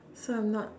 so I'm not